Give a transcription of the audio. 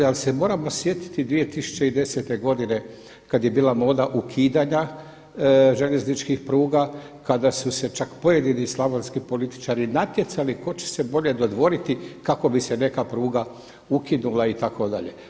Ali se moramo sjetiti 2010. godine kada je bila moda ukidanja željezničkih pruga, kada su se čak pojedini slavonski političari natjecali tko će se bolje dodvoriti kako bi se neka pruga ukinula itd.